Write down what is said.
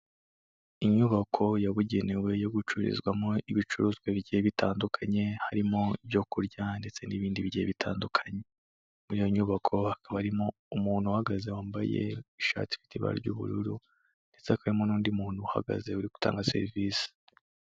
Inyubako yabugenewe yo gucururizwamo ibicuruzwa bigiye bitandukany,e harimo ibyo kurya ndetse n'ibindi bigiye bitandukanye, muri iyo nyubako hakaba harimo umuntu uhagaze wambaye ishati ifite ibara ry'ubururu ndetse hakaba harimo n'undi muntu uhagaze uri gutanga serivisi.